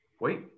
wait